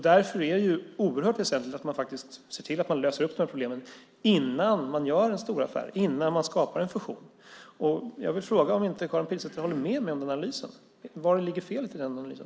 Därför är det oerhört viktigt att se till att lösa dessa problem innan man gör en storaffär, innan man skapar en fusion. Jag vill fråga Karin Pilsäter om hon inte håller med mig om den analysen. Vari ligger felet i den analysen?